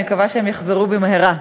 אני מקווה שיחזרו במהרה.